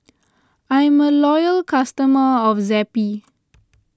I'm a loyal customer of Zappy